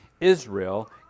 Israel